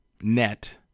net